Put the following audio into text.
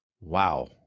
wow